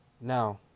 Now